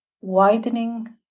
widening